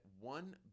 one